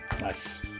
nice